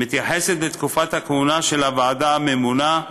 מתייחסת לתקופת הכהונה של הוועדה הממונה,